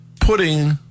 putting